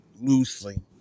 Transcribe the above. loosely